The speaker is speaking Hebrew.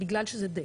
בגלל שזה debt,